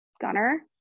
Gunner